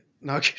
No